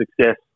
success